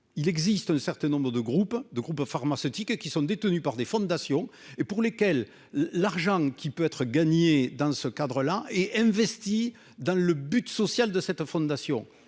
il existe de certains nombres de groupes de groupes pharmaceutiques qui sont détenues par des fondations et pour lesquels l'argent qui peut être gagné dans ce cadre-là et investi dans le but social de cette fondation,